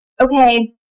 okay